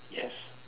yes